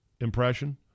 impression